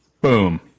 Boom